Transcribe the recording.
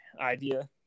idea